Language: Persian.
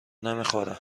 نمیخوره